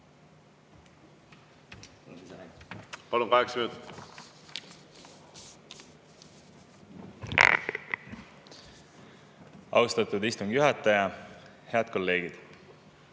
Austatud istungi juhataja! Head kolleegid!